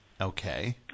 Okay